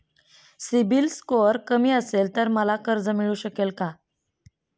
CIBIL score कमी असेल तर मला कर्ज मिळू शकेल का?